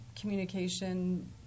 communication